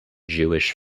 jewish